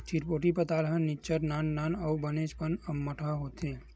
चिरपोटी पताल ह निच्चट नान नान अउ बनेचपन अम्मटहा होथे